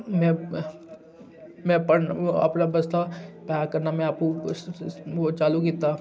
में में पढ़न अपना बस्ता पैक करना में आपूं चालू कीता